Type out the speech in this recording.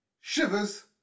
Shivers